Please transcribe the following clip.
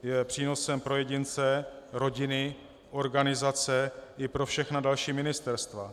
Je přínosem pro jedince, rodiny, organizace i pro všechna další ministerstva.